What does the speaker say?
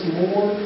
more